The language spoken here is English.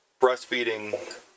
breastfeeding